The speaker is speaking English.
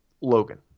Logan